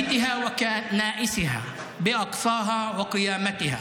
בשפה ערבית, להלן תרגומם:)